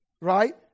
Right